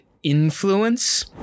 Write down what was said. Influence